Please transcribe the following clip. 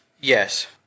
Yes